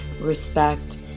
respect